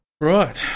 right